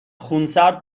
خونسرد